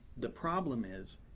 the problem is,